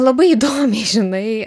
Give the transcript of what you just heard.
labai įdomiai žinai